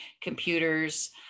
computers